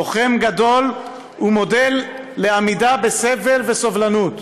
לוחם גדול ומודל לעמידה בסבל וסובלנות.